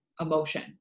emotion